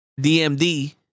DMD